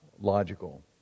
logical